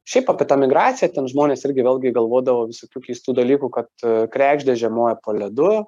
šiaip apie tą migraciją ten žmonės irgi vėlgi galvodavo visokių keistų dalykų kad kregždė žiemoja po ledu